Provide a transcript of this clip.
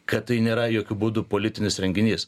kad tai nėra jokiu būdu politinis renginys